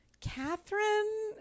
Catherine